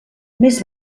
més